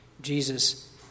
Jesus